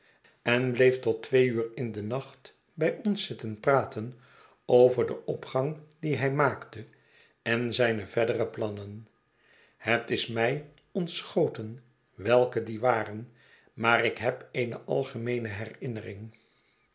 en bleeftot twee uur in den nacht bij ons zitten praten over den opgang dien hij maakte en zijne verdere plannen het is mij ontschoten welke die waren maar ik heb eene algemeene herinnering